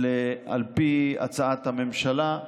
על פי הצעת הממשלה,